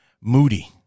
moody